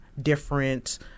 different